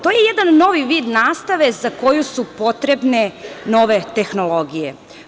To je jedan novi vid nastave za koju su potrebne nove tehnologije.